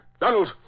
Donald